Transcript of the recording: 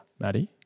Maddie